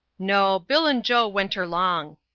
no bill'n joe wenterlong.